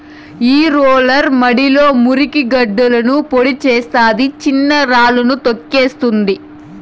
ఈ రోలర్ మడిలో మురికి గడ్డలను పొడి చేస్తాది, చిన్న చిన్న రాళ్ళను తోక్కేస్తుంది